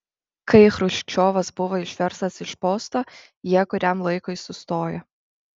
kai chruščiovas buvo išverstas iš posto jie kuriam laikui sustojo